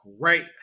Great